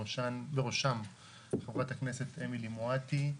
בראשם חברת הכנסת אמילי מואטי.